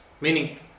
meaning